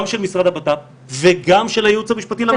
של משרד הבט"פ ושל הייעוץ המשפטי לממשלה.